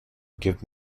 give